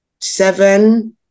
seven